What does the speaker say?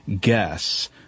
guess